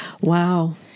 Wow